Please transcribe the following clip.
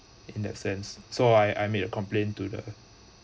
in that sense so I I made a complaint to the